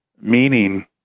meaning